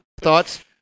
thoughts